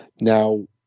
Now